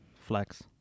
Flex